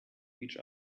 each